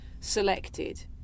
selected